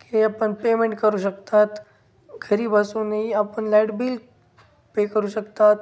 की आपन पेमेंट करू शकतात घरी बसूनही आपन लाईट बिल पे करू शकतात